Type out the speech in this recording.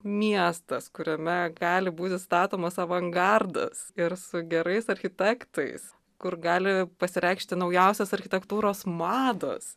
miestas kuriame gali būti statomas avangardas ir su gerais architektais kur gali pasireikšti naujausios architektūros mados